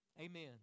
Amen